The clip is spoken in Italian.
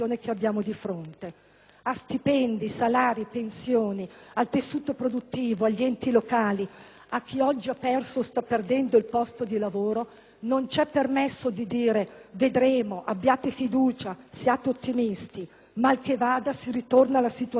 di stipendi, salari e pensioni, al tessuto produttivo, agli enti locali, a chi oggi ha perso o sta perdendo il posto di lavoro, non ci è permesso di dire: vedremo, abbiate fiducia, siate ottimisti, mal che vada si ritorna alla situazione del 2006.